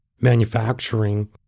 manufacturing